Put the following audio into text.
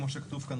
כמו שכתוב כאן,